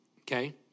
okay